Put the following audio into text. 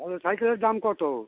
বড় সাইকেলের দাম কত